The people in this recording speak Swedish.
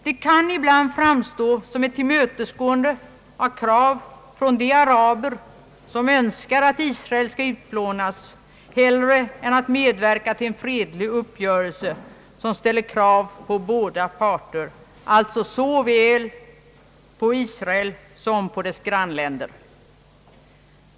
Deras tal kan ibland framstå som ett tillmötesgående av krav från de araber som önskar att Israel skall utplånas hellre än att medverka till en fredlig uppgörelse som ställer krav på båda parter, alltså såväl på Israel som på dess grannländer.